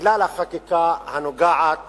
לכלל החקיקה הנוגעת